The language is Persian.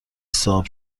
صاحب